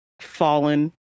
fallen